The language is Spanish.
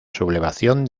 sublevación